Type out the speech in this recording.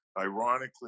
Ironically